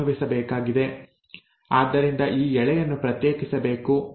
ಆದ್ದರಿಂದ ಈ ಎಳೆಯನ್ನು ಪ್ರತ್ಯೇಕಿಸಬೇಕು